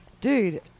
dude